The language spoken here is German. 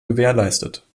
gewährleistet